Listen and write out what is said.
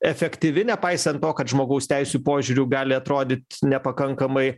efektyvi nepaisant to kad žmogaus teisių požiūriu gali atrodyt nepakankamai